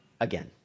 Again